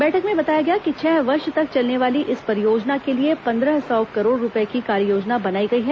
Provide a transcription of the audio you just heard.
बैठक में बताया गया कि छह वर्ष तक चलने वाली इस परियोजना के लिए पंद्रह सौ करोड़ रूपए की कार्ययोजना बनाई गई है